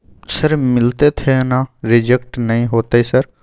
Sir मिलते थे ना रिजेक्ट नय होतय सर?